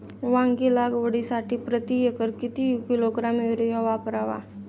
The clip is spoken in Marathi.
वांगी लागवडीसाठी प्रती एकर किती किलोग्रॅम युरिया वापरावा?